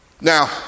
now